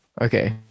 okay